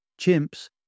chimps